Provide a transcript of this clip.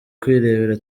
kwirebera